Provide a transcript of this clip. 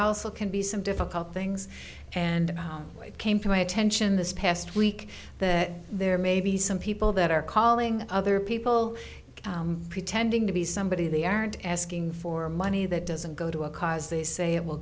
also can be some difficult things and it came to my attention this past week that there may be some people that are calling other people pretending to be somebody they aren't asking for money that doesn't go to a cause they say it will